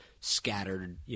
scattered